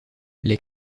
les